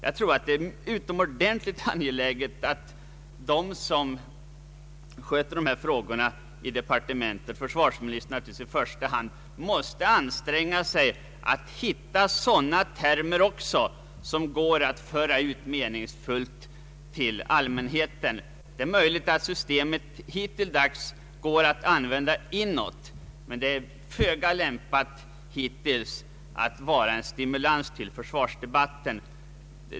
Jag tror att det är utomordentligt angeläget att de som sköter dessa frågor i departementet — i första hand försvarsministern — anstränger sig att hitta sådana termer som meningsfullt går att föra ut till allmänheten. Det är möjligt att systemet hittills har gått att använda inåt, men det har varit föga lämpat att utgöra en stimulans till försvarsdebatt.